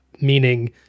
meaning